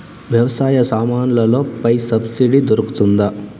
వ్యవసాయ సామాన్లలో పై సబ్సిడి దొరుకుతుందా?